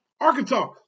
Arkansas